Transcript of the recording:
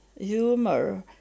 humor